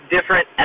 different